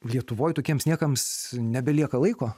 lietuvoj tokiems niekams nebelieka laiko